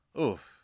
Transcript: Oof